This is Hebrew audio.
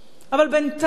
אבל בינתיים